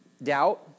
doubt